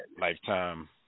lifetime